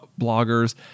bloggers